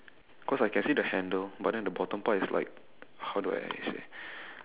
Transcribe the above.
cause I can see the handle but then the bottom part is like how do I say